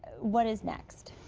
what is next?